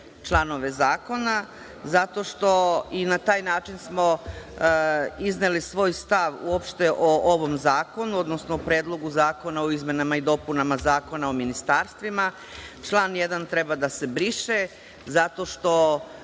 članove zakona, i na taj način smo izneli svoj stav uopšte o ovom zakonu, odnosno Predlogu zakona o izmenama i dopunama Zakona o ministarstvima. Član 1. treba da se briše zato što